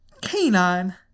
canine